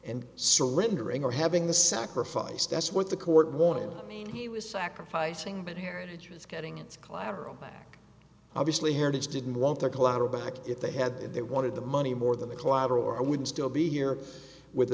and surrendering or having the sacrifice that's what the court wanted me he was sacrificing but heritage was getting its collateral back obviously heritage didn't want their collateral back if they had they wanted the money more than the collateral or i wouldn't still be here with the